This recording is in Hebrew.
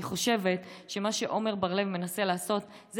אני חושבת שמה שעמר בר לב מנסה לעשות זה